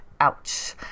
Ouch